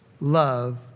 love